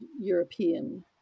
European